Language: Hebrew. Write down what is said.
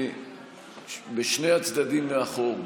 בשני הצדדים מאחור,